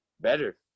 better